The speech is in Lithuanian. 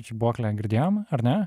žibuoklę girdėjom ar ne